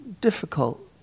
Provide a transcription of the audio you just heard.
difficult